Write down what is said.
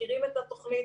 מכירים את התוכנית.